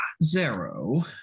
Zero